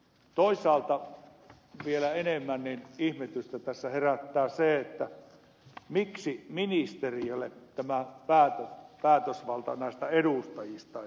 toisaalta vielä enemmän ihmetystä tässä herättää se miksi ministeriölle tulee tämä päätösvalta näistä edustajista